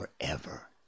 forever